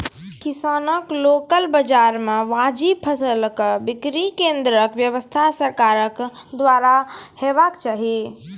किसानक लोकल बाजार मे वाजिब फसलक बिक्री केन्द्रक व्यवस्था सरकारक द्वारा हेवाक चाही?